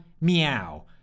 meow